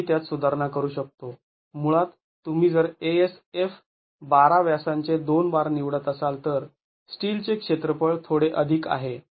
आम्ही त्यात सुधारणा करू शकतो मुळात तुम्ही जर eff १२ व्यासांचे दोन बार निवडत असाल तर स्टीलचे क्षेत्रफळ थोडे अधिक आहे